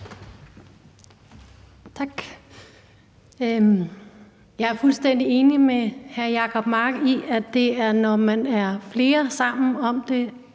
Tak. Jeg er fuldstændig enig med hr. Jacob Mark i, at det er, når man er flere sammen om de